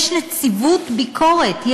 יש נציבות ביקורת.